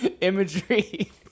imagery